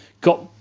got